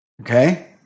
okay